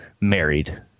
married